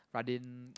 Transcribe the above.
Radin